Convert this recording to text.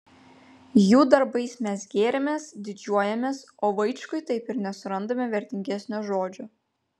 jų darbais mes gėrimės didžiuojamės o vaičkui taip ir nesurandame vertingesnio žodžio